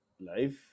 life